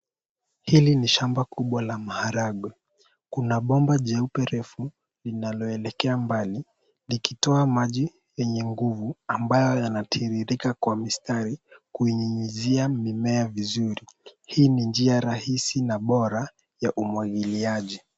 Hili ni shamba kubwa la maharagwe, kuna bomba jeupe, refu linaloelekea mbali likitoa maji yenye nguvu ambayo yanatiririka kwa mistari kuinyunyizia mimea vizuri. Hii ni njia rahisi na bora ya umwagiliaji.